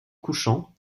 couchant